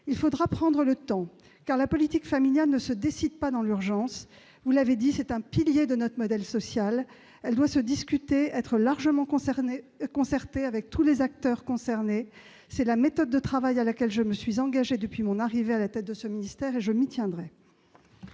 Il faudra prendre le temps, car la politique familiale ne se décide pas dans l'urgence. Vous l'avez dit, c'est un pilier de notre modèle social. Elle doit se discuter et être largement concertée avec tous les acteurs concernés. C'est la méthode de travail à laquelle je me suis engagée depuis mon arrivée à la tête de ce ministère, et je m'y tiendrai.